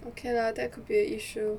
okay lah that could be an issue